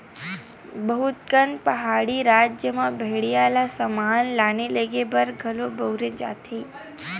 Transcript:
बहुत कन पहाड़ी राज मन म भेड़िया ल समान लाने लेगे बर घलो बउरे जाथे